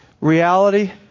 reality